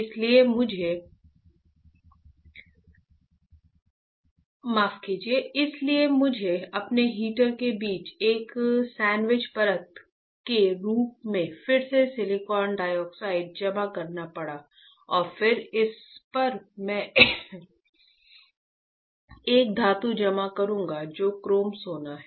इसलिए मुझे अपने हीटर के बीच एक सैंडविच परत के रूप में फिर से सिलिकॉन डाइऑक्साइड जमा करना पड़ा और फिर इस पर मैं एक धातु जमा करूंगा जो क्रोम सोना है